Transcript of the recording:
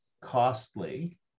costly